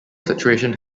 situation